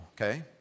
okay